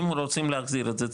אם רוצים להחזיר את זה,